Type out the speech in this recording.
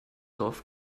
dorf